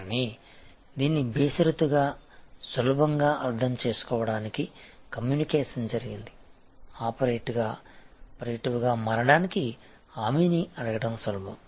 కానీ దీన్ని బేషరతుగా సులభంగా అర్థం చేసుకోవడానికి కమ్యూనికేషన్ జరిగింది ఆపరేటివ్గా మారడానికి హామీని అడగడం సులభం